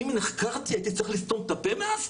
אם נחקרתי, הייתי צריך לסתום את הפה מאז?